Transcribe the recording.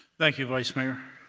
thank you, vice mayor.